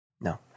No